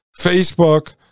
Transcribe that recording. Facebook